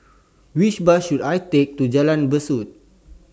Which Bus should I Take to Jalan Besut